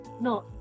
No